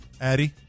Addy